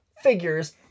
figures